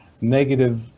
negative